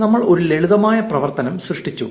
നമ്മൾ ഒരു ലളിതമായ പ്രവർത്തനം സൃഷ്ടിച്ചു